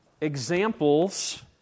examples